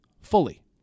fully